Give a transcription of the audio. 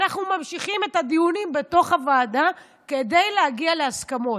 אנחנו ממשיכים את הדיונים בתוך הוועדה כדי להגיע להסכמות,